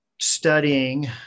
studying